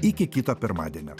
iki kito pirmadienio